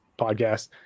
podcast